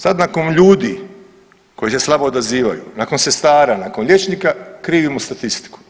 Sad nakon ljudi koji se slabo odazivaju, nakon sestara, nakon liječnika, krivimo statistiku.